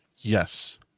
Yes